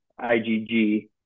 IgG